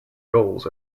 goals